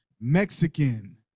mexican